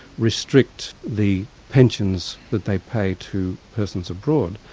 restrict the pensions that they pay to persons abroad.